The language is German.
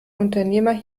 unternehmer